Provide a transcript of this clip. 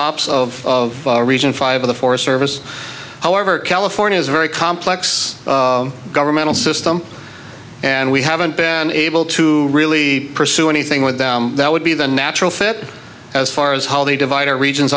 ops of a region five of the forest service however california is a very complex governmental system and we haven't been able to really pursue anything with them that would be the natural fit as far as how they divide our reg